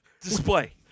display